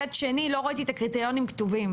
מצד שני, לא ראיתי את הקריטריונים כתובים.